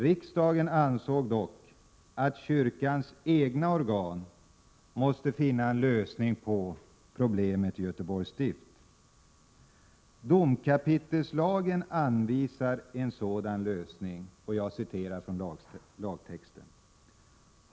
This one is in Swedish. Riksdagen ansåg dock att kyrkans egna organ måste finna lösningar på problemen i Göteborgs stift. Domkapitelslagen anvisar en sådan lösning.